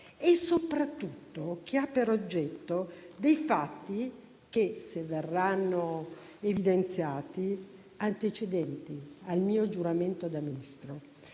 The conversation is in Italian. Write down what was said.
soprattutto, ha per oggetto dei fatti che, se verranno evidenziati, sono antecedenti al mio giuramento da Ministro.